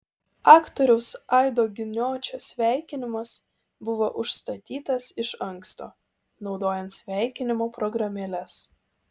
aktoriaus aido giniočio sveikinimas buvo užstatytas iš anksto naudojant sveikinimo programėles